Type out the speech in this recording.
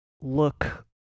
look